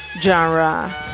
genre